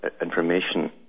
information